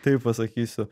taip pasakysiu